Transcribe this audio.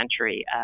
century